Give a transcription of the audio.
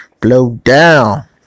blowdown